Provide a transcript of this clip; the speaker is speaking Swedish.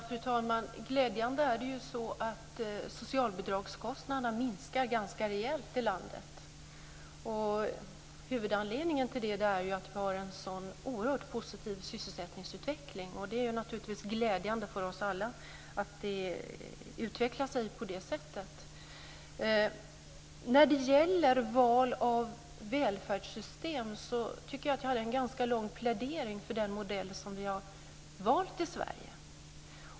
Fru talman! Socialbidragskostanderna minskar glädjande nog ganska rejält i landet. Huvudanledningen till det är att vi har en så oerhört positiv sysselsättningsutveckling. Det är naturligtvis glädjande för oss alla att det utvecklar sig på det sättet. När det gäller val av välfärdssystem hade jag en ganska lång plädering för den modell som vi har valt i Sverige.